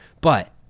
But-